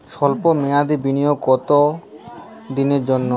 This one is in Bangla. সল্প মেয়াদি বিনিয়োগ কত দিনের জন্য?